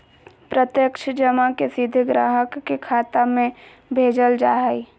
प्रत्यक्ष जमा के सीधे ग्राहक के खाता में भेजल जा हइ